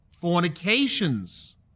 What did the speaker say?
fornications